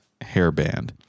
hairband